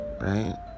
right